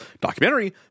documentary